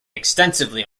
extensively